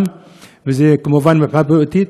וזה כמובן מבחינה בריאותית.